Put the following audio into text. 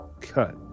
cut